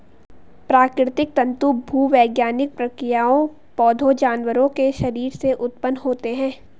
प्राकृतिक तंतु भूवैज्ञानिक प्रक्रियाओं, पौधों, जानवरों के शरीर से उत्पन्न होते हैं